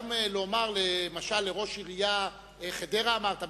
גם לומר למשל לראש עיריית, חדרה, אמרת?